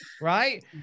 right